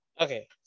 okay